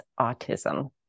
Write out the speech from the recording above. Autism